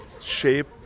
shape